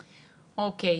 אוקיי,